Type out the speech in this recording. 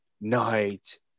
night